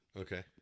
Okay